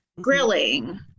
grilling